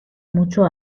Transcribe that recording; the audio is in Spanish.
mucho